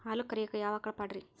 ಹಾಲು ಕರಿಯಾಕ ಯಾವ ಆಕಳ ಪಾಡ್ರೇ?